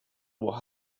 what